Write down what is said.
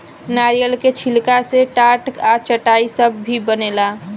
नारियल के छिलका से टाट आ चटाई सब भी बनेला